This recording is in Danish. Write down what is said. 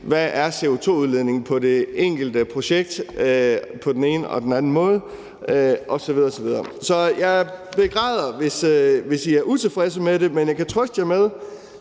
hvad CO2-udledningen er for det enkelte projekt på den ene og den anden måde osv. osv. Så jeg begræder, hvis I er utilfredse med det, men jeg kan trøste jer med,